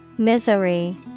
Misery